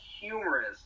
humorous